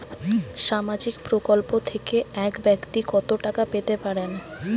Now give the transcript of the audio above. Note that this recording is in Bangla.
সামাজিক প্রকল্প থেকে এক ব্যাক্তি কত টাকা পেতে পারেন?